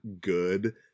good